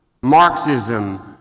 Marxism